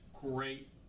great